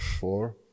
Four